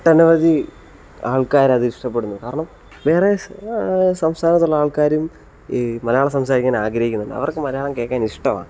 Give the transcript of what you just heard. ഒട്ടനവധി ആൾക്കാർ അത് ഇഷ്ടപ്പെടുന്നുണ്ട് കാരണം വേറെ സംസ്ഥാനത്തുള്ള ആൾക്കാരും ഈ മലയാളം സംസാരിക്കാൻ ആഗ്രഹിക്കുന്നുണ്ടാകും അവർക്കു മലയാളം കേൾക്കാൻ ഇഷ്ടവാ